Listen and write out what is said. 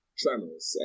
tremors